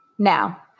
Now